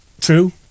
True